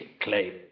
claim